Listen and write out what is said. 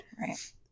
Right